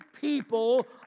people